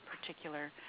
particular